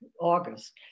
August